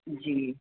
जी